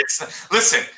Listen –